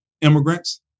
immigrants